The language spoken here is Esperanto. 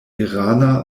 irana